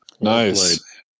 Nice